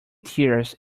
tears